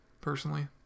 personally